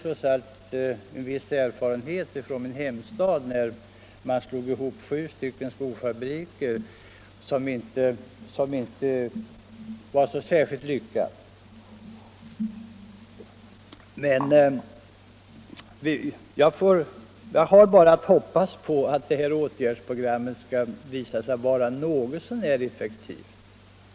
Tyvärr har jag en viss erfarenhet från min hemstad; där slog man ihop sju skofabriker, men resultatet blev inte särskilt lyckat. Jag har alltså bara att hoppas på att det här åtgärdsprogrammet skall visa sig vara något så när effektivt.